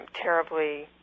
terribly